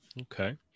Okay